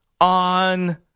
on